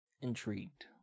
intrigued